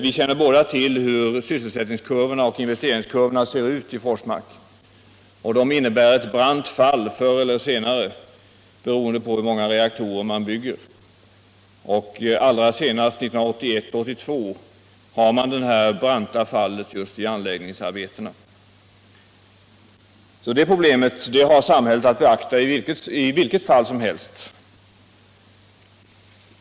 Vi känner båda till hur sysselsättningsoch investeringskurvorna i Forsmark ser ut och att de förr eller senare visar ett brant fall, beroende på hur många reaktorer som byggs. Allra senast 1981 eller 1982 kommer det branta fallet just i anläggningsarbetena. Det problemet har samhället att beakta i vilket fall som helst.